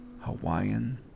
Hawaiian